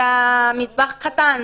זה מטבח קטן.